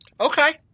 Okay